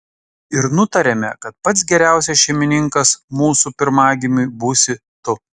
ir nutarėme kad pats geriausias šeimininkas mūsų pirmagimiui būsi tu